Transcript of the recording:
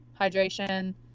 hydration